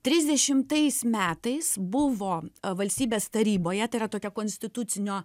trisdešimtais metais buvo valstybės taryboje tai yra tokia konstitucinio